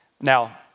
Now